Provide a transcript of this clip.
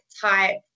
type